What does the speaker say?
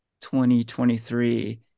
2023